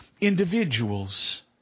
individuals